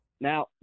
Now